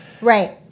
Right